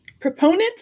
Proponent